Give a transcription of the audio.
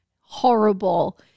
horrible